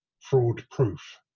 fraud-proof